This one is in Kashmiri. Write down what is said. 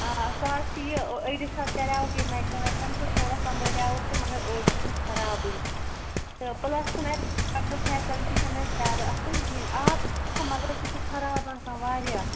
آ سُہ حظ چھِ یہِ أڑِس حظ کَریوکھ یہِ مٮ۪کڈَم وٮ۪کڈَم تہٕ تھوڑا سَنٛبالیوکھ تہٕ مگر اوٚڑ چھِ سُہ خَرابٕے تہٕ پِٕلَس چھَنہٕ اَسہِ فیسلٹی چھَنہٕ اَسہِ زیادٕ اَصٕل کینٛہہ مَگر سُہ چھُ خَراب آسان واریاہ